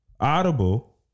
Audible